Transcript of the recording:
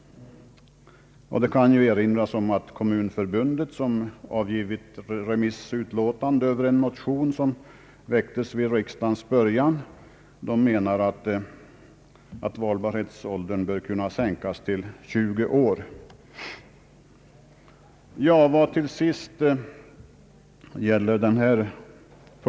Det kan erinras om att kommunförbundet, som avgivit remissutlåtande över en motion som väcktes vid riksdagens början, anser att valbarhetsåldern bör kunna sänkas till 20 år.